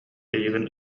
эйигин